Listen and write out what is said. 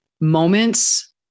moments